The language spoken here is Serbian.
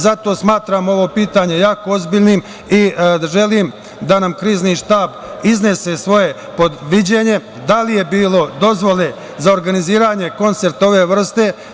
Zato smatram ovo pitanje jako ozbiljnim i želim da nam Krizni štab iznese svoje viđenje, da li je bilo dozvole za organizovanje koncerta ove vrste?